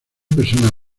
personas